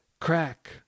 Crack